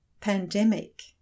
pandemic